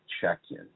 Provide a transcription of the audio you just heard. check-in